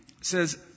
says